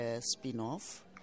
spin-off